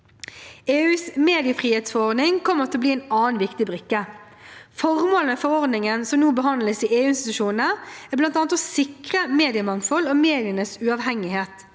EUs mediefrihetsforordning, EMFA, kommer til å bli en annen viktig brikke. Formålet med forordningen som nå behandles av EU-institusjonene, er bl.a. å sikre mediemangfold og medienes uavhengighet.